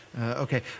Okay